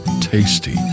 tasty